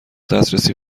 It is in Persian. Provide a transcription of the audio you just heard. دسترسی